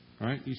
Right